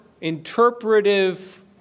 interpretive